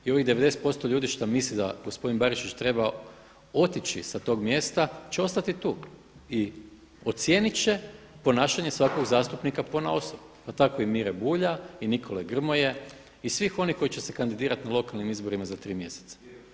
I ovih 90% ljudi šta misli da gospodin Barišić treba otići sa tog mjesta će ostati tu i ocijenit će ponašanje svakog zastupnika ponaosob, pa tako i Mire Bulja i Nikole Grmoje i svih onih koji će se kandidirati na lokalnim izborima za tri mjeseca.